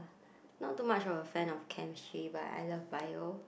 not too much of a fan of chemistry but I love bio